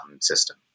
system